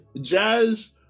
Jazz